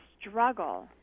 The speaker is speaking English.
struggle